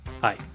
Hi